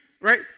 Right